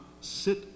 sit